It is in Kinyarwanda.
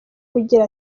agira